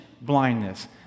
blindness